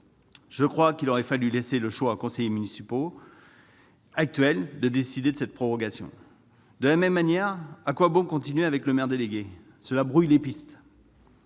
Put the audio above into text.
Je crois qu'il aurait fallu laisser le choix aux conseils municipaux actuels de décider de cette prorogation. De la même manière, à quoi bon continuer avec le maire délégué ? Cela brouille les pistes.